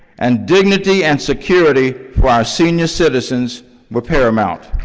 and dignity and security for our senior citizens were paramount.